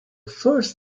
first